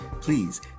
please